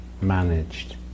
managed